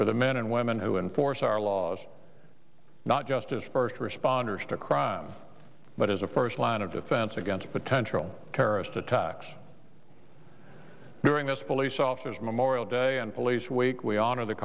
for the men and women who enforce our laws not just as first responders to crime but as a first line of defense against potential terrorist attacks during this police officers memorial day and police week we honor the